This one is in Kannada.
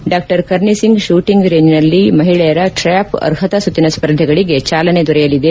ಡಾ ಕರ್ನಿಸಿಂಗ್ ಶೂಟಿಂಗ್ ರೇಂಜ್ನಲ್ಲಿ ಮಹಿಳೆಯರ ಟ್ರ್ಯಾಪ್ ಅರ್ಹತಾ ಸುತ್ತಿನ ಸ್ಪರ್ಧೆಗಳಿಗೆ ಚಾಲನೆ ದೊರೆಯಲಿದೆ